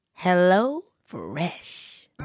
HelloFresh